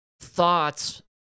thoughts